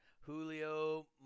Julio